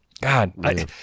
God